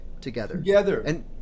together